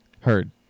Heard